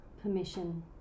permission